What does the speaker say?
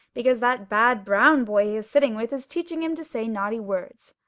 because that bad brown boy he is sitting with is teaching him to say naughty words.